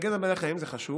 להגן על בעלי חיים זה חשוב.